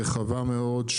רחבה מאוד,